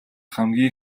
хамгийн